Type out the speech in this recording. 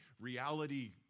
reality